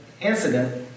incident